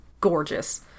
gorgeous